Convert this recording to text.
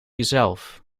jezelf